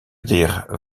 dier